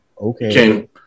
okay